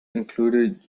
included